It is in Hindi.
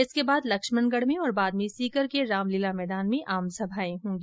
इसके बाद लक्ष्मणगढ़ में और बाद में सीकर के रामलीला मैदान में आमसभाएं होगी